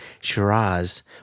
Shiraz